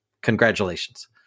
Congratulations